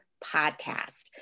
podcast